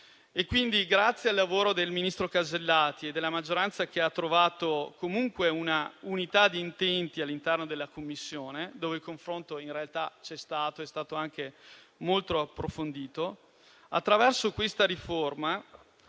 Grazie al lavoro del ministro Casellati e della maggioranza che ha trovato una unità di intenti all'interno della Commissione (dove il confronto in realtà c'è stato ed è stato anche molto approfondito), attraverso questa riforma